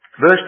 verse